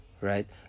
right